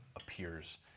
appears